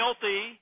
guilty